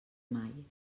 mai